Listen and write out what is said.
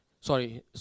sorry